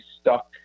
stuck